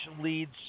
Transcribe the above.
leads